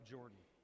Jordan